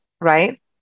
right